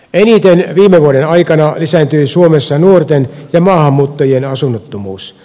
eniten viime vuoden aikana lisääntyi suomessa nuorten ja maahanmuuttajien asunnottomuus